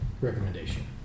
recommendation